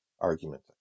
argument